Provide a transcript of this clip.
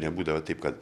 nebūdavo taip kad